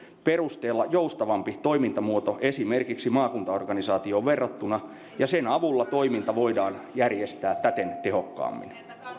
perusteella joustavampi toimintamuoto esimerkiksi maakuntaorganisaatioon verrattuna ja sen avulla toiminta voidaan järjestää täten tehokkaammin